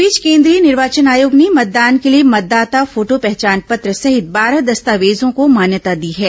इस बीच केन्द्रीय निर्वाचन आयोग ने मतदान के लिए मतदाता फोटो पहचान पत्र सहित बारह दस्तावेजों को मान्यता दी है